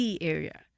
area